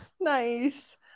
nice